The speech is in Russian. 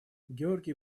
георгий